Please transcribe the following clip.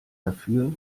dafür